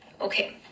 Okay